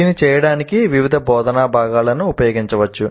దీన్ని చేయడానికి వివిధ బోధనా భాగాలను ఉపయోగించవచ్చు